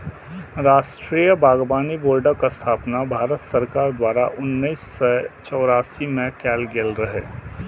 राष्ट्रीय बागबानी बोर्डक स्थापना भारत सरकार द्वारा उन्नैस सय चौरासी मे कैल गेल रहै